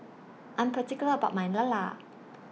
I Am particular about My Lala